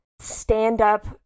stand-up